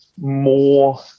more